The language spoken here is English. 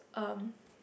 um